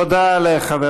תודה לחבר